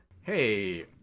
Hey